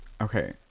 Okay